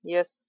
Yes